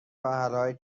راهحلهایی